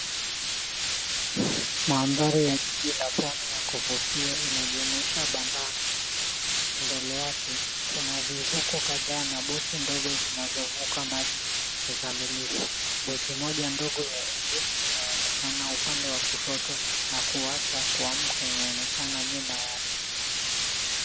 Mandhari ya jiji la Pwani ya kuvutia inajumuisha bandari mbele yake kuna vivuko kadhaa na boti ndogo zinazovuka maji kikamilifu, boti moja ndogo ya nje inaonekana upande wa kushoto na kuwacha kuamka inaonekana nyuma yake.